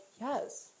yes